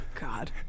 God